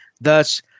thus